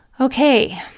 okay